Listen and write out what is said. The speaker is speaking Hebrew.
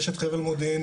יש את חבל מודיעין,